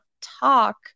talk